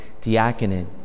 diaconate